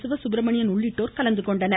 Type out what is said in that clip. சிவசுப்பிரமணியன் உள்ளிட்டோர் கலந்து கொண்டனர்